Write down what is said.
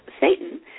Satan